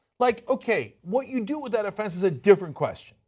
like, okay, what you do with that offense is a different question,